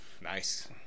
nice